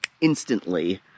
instantly